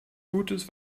gutes